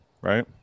Right